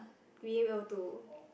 we will too